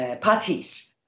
parties